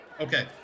Okay